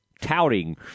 touting